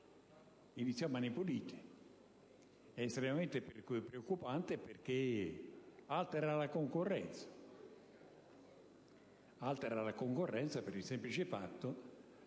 iniziò Mani pulite. È estremamente preoccupante perché altera la concorrenza,